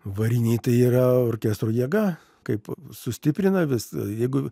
variniai tai yra orkestro jėga kaip sustiprina visa jeigu